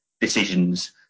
decisions